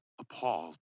appalled